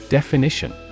Definition